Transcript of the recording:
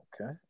Okay